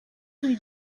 rue